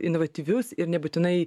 inovatyvius ir nebūtinai